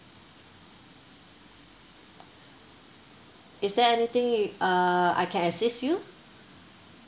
is there anything uh I can assist you